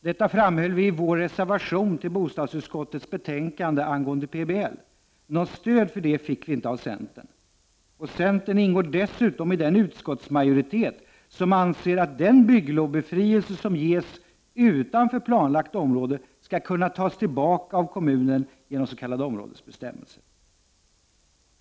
Detta framhöll vi i vår reservation till bostadsutskottets betänkande angående PBL. Något stöd för detta fick vi inte av detta. Centern ingår dessutom i den utskottsmajoritet som anser att den bygglovsbefrielse som ges utanför planlagt område skall kunna tas tillbaka av kommunen genom s.k. områdesbestämmelser.